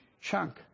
chunk